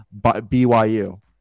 BYU